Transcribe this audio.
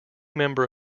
member